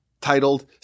titled